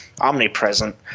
omnipresent